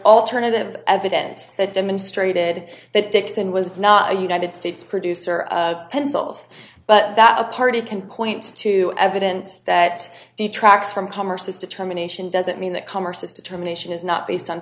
alternative evidence that demonstrated that dixon was not a united states producer of pencils but that a party can point to evidence that detracts from commerce his determination doesn't mean that commerce is determination is not